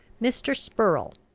mr. spurrel,